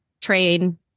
train